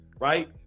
right